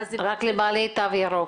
רק לבעלי תו ירוק.